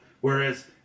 Whereas